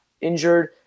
injured